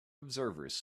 observers